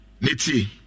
Niti